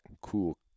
cool